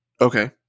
Okay